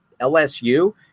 LSU